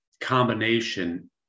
combination